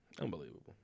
Unbelievable